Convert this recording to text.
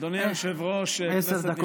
אדוני היושב-ראש, חבריי חברי